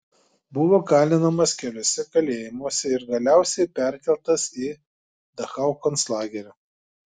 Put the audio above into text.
buvo kalinamas keliuose kalėjimuose ir galiausiai perkeltas į dachau konclagerį